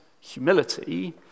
humility